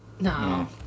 No